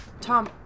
Tom